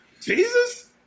Jesus